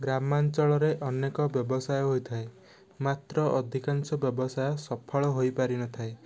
ଗ୍ରାମାଞ୍ଚଳରେ ଅନେକ ବ୍ୟବସାୟ ହୋଇଥାଏ ମାତ୍ର ଅଧିକାଂଶ ବ୍ୟବସାୟ ସଫଳ ହୋଇପାରିନଥାଏ